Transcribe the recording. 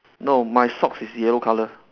no my socks is yellow color